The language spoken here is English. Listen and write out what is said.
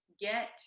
get